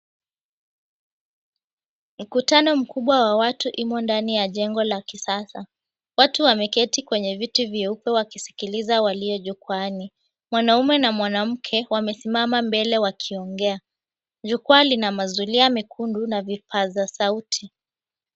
Mkutano mkubwa wa watu imo ndani ya jengo la kisasa. Watu wameketi kwenye viti vyeupe wakisikiliza walio jukwaani mwanaume na mwanamke wamesimama mbele wakiongea. Jukwaa lina mazulia mekundu na vipaza sauti.